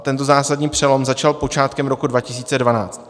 Tento zásadní přelom začal počátkem roku 2012.